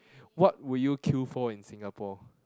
what would you queue for in Singapore